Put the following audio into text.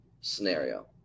scenario